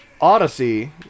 Odyssey